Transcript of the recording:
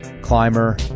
Climber